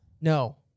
No